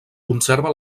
conserva